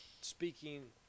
speaking